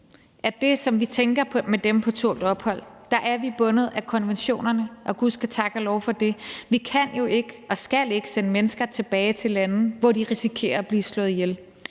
at det, som vi tænker på i forhold til dem på tålt ophold, er, at vi er bundet af konventionerne – og gud ske tak og lov for det. Vi kan og skal jo ikke sende mennesker tilbage til lande, hvor de risikerer at blive slået ihjel.